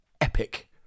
epic